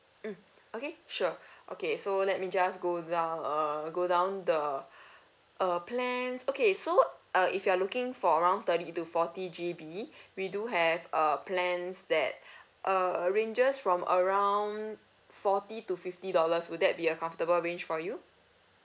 mm okay sure okay so let me just go down uh go down the uh plans okay so uh if you're looking for around thirty to forty G_B we do have uh plans that uh ranges from around forty to fifty dollars would that be a comfortable range for you